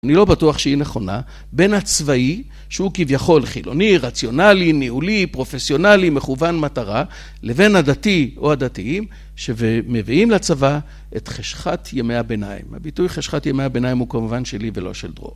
אני לא בטוח שהיא נכונה. בין הצבאי, שהוא כביכול חילוני, רציונלי, ניהולי, פרופסיונלי, מכוון מטרה, לבין הדתי או הדתיים, שב... שמביאים לצבא את חשכת ימי הביניים. הביטוי חשכת ימי הביניים הוא כמובן שלי ולא של דרור.